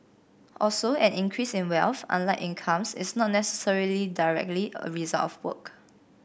also an increase in wealth unlike incomes is not necessarily directly a result of work